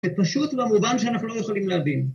זה פשוט במובן שאנחנו לא יכולים להבין.